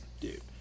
Dude